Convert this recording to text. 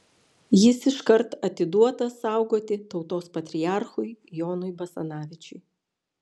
jis iškart atiduotas saugoti tautos patriarchui jonui basanavičiui